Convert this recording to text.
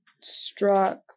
struck